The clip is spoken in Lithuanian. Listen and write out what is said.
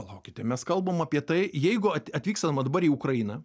palaukite mes kalbam apie tai jeigu at atvykstama dabar į ukrainą